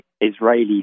Israeli